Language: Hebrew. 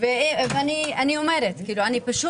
זה מרתיח